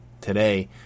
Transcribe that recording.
today